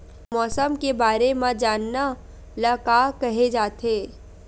मौसम के बारे म जानना ल का कहे जाथे?